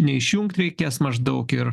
neišjungt reikės maždaug ir